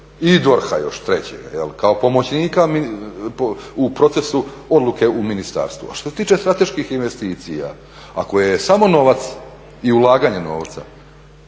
i DORH-a još trećega, kao pomoćnika u procesu odluke u ministarstvu. A što se tiče strateških investicija, ako je samo novac i ulaganje novca